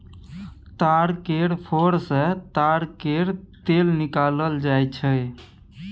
ताड़ केर फर सँ ताड़ केर तेल निकालल जाई छै